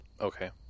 Okay